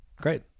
great